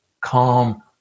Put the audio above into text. calm